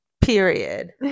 period